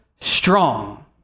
strong